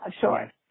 Sure